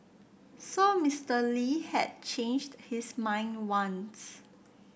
so Mister Lee had changed his mind once